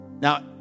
Now